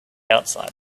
outside